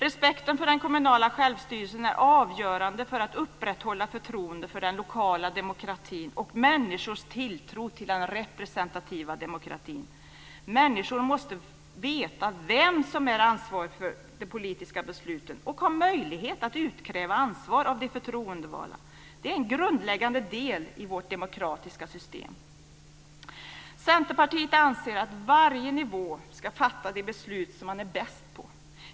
Respekten för den kommunala självstyrelsen är avgörande för att upprätthålla förtroendet för den lokala demokratin och människors tilltro till den representativa demokratin. Människor måste få veta vem som är ansvarig för de politiska besluten och ha möjlighet att utkräva ansvar av de förtroendevalda. Det är en grundläggande del i vårt demokratiska system. Centerpartiet anser att varje nivå ska fatta de beslut som man är bäst på.